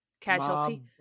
casualty